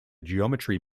geometry